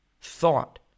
thought